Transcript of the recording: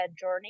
journey